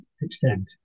extent